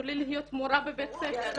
אסור לי להיות מורה בבית ספר.